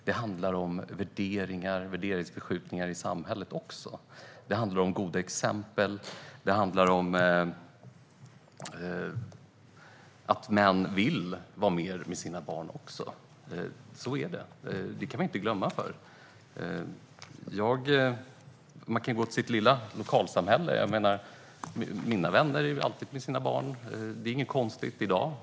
Det handlar också om värderingar och värderingsförskjutningar i samhället, det handlar om goda exempel och det handlar om att män vill vara mer med sina barn. Så är det. Det kan vi inte blunda för. Man kan gå till sitt lilla lokalsamhälle och titta. Mina vänner är alltid med sina barn. Det är inget konstigt i dag.